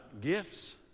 gifts